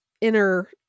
inner